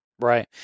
Right